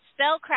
spellcraft